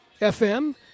FM